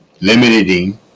limiting